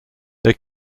they